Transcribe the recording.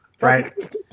Right